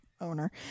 owner